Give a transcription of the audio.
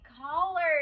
callers